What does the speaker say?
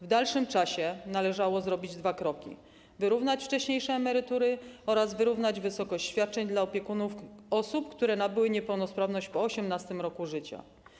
W dalszym czasie należało zrobić dwa kroki: wyrównać wcześniejsze emerytury oraz wyrównać wysokość świadczeń dla opiekunów osób, które nabyły niepełnosprawność po 18. roku życia.